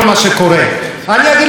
ויש לי צילומים פה כרגע,